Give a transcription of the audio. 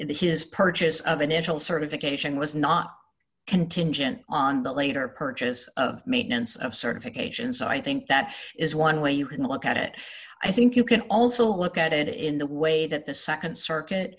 the his purchase of initial certification was not contingent on the later purchase of maintenance of certifications i think that is one way you can look at it i think you can also look at it in the way that the nd circuit